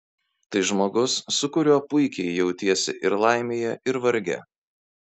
tai žmogus su kuriuo puikiai jautiesi ir laimėje ir varge